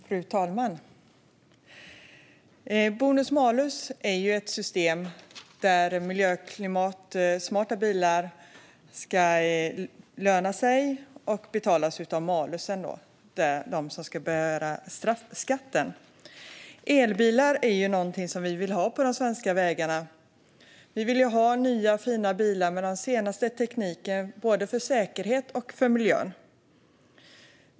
Fru talman! Bonus-malus är ett system där miljö och klimatsmarta bilar ska löna sig och betalas av malusen, straffskatten. Elbilar är ju någonting som vi vill ha på de svenska vägarna. Vi vill ha nya, fina bilar med den senaste tekniken, både för säkerhet och för miljö.